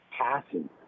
passing